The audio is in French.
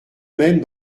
même